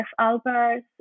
Albers